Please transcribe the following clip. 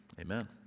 amen